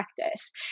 practice